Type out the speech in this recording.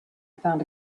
found